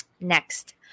Next